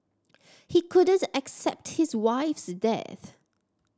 he couldn't accept his wife's death